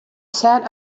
sat